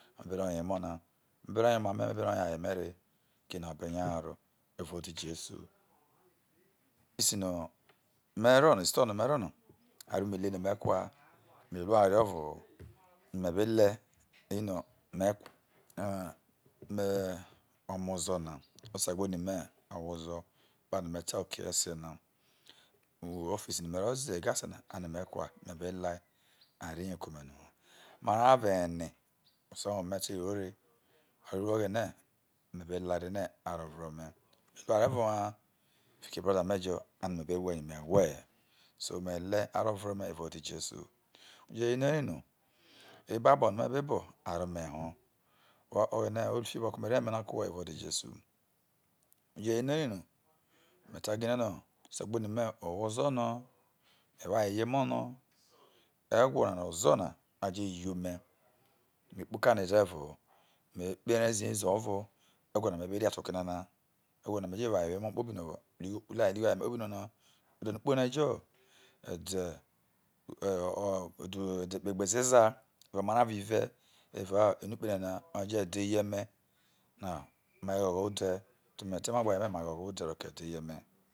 me be ri yo emina me be ro yo oma mee be ro yo aye me re oke na be nya haro evao ode ijesu isi no isito na no me ro na aro ome ele no me kua me lu oware ovohi yo me be le ino me e o me e omo ozo na ose gbe oni me uhwo ozo ekpano me ta oke esie na uwo ofisi me ro ze egesna ano me kua me be ki a ri yo ke ome no ho amara avo ene osa uwo me te ro re aruo riwo oghene me be late re no aro vre ome me lu oware ovo ha fiki ebroda me jo ani me be gwe yo me gwe hie so me le aro vre ome evao ode ijesu uje rio eri no ebabo me be bo ari ome who oghene ofi oboho ke omi rau ode ijesu uje no eeino me ta gina no ose gbo oni me owho ozo na me wo aye ye emo no egwo nana ozo na aje ye ome me kpo uka ne de rihi me re kpo ere ziye ze ovo egwo na me be ria to oke na egwo an meje wo aye ye emo kpobi no luo luo igho aye me kpobi no na ode nu kpo ni jo ede ede o kpeghoro ezeza evao amara avo ive evao enu kpenana jo ede eye me me gho gho ode to me te emo gbe aye me gho gho odi ro ko ede ye me